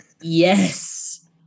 Yes